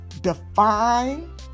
define